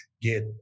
get